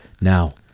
Now